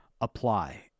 apply